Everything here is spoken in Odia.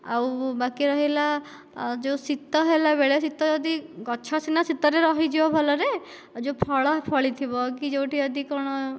ଆଉ ବାକି ରହିଲା ଯେଉଁ ଶୀତ ହେଲା ବେଳେ ଶୀତ ଯଦି ଗଛ ସିନା ଶୀତରେ ରହିଯିବ ଭଲରେ ଯେଉଁ ଫଳ ଫଳିଥିବ କି ଯେଉଁଠି ଯଦି କଣ